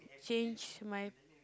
change my